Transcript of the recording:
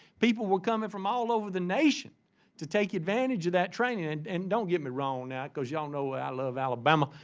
people were coming from all over the nation to take advantage of that training! and and don't get me wrong, now, because y'all know i love alabama.